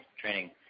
training